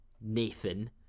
Nathan